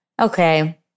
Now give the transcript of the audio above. okay